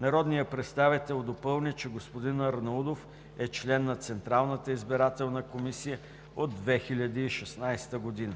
Народният представител допълни, че господин Арнаудов е член на Централната избирателна комисия от 2016 г.